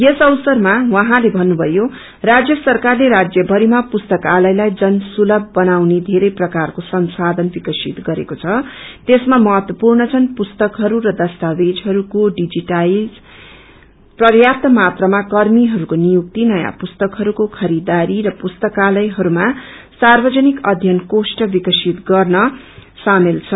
यस अवसरमा उहाँले भन्नुभयो राज्य सरकारले राज्य भरीमा पुस्तकालयलाई जन सुलभ बनाउने धेरै प्रकारको संसाधन विकसित गरेको छ त्यसमा महत्वपूग्र छन् पुस्तकहरू र दस्तावेजहरूको डिजिटाइज पर्याप्त मात्रामा कर्मीहरूको नियुक्ती नयाँ पुस्तकहरूको खरिदारी र पुस्तकालयहरूमा सार्वजनिक अध्ययन कोष्ट बिक्रसित गर्न शामेल छन्